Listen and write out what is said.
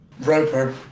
Roper